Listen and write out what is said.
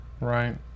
Right